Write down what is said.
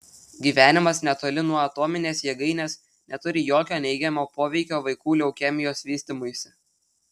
gyvenimas netoli nuo atominės jėgainės neturi jokio neigiamo poveikio vaikų leukemijos vystymuisi